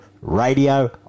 Radio